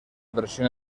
versión